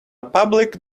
public